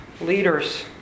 leaders